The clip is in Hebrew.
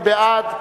מי בעד?